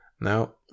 Now